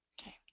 Okay